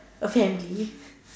a family